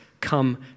come